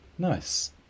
Nice